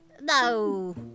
No